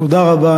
תודה רבה.